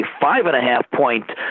five-and-a-half-point